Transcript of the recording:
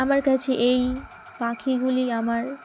আমার কাছে এই পাখিগুলি আমার